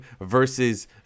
versus